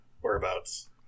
Whereabouts